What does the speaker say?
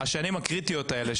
השנים הקריטיות האלה,